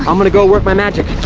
i'm gonna go work my magic.